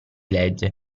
legge